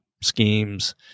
schemes